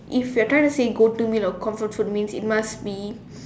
if you are trying to say go to meal or comfort food means it must be